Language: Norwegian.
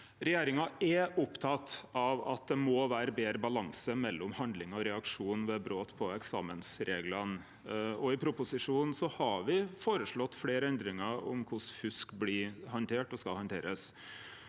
Regjeringa er oppteken av at det må vere betre balanse mellom handling og reaksjon ved brot på eksamensreglane. I proposisjonen har me føreslått fleire endringar om korleis fusk blir handtert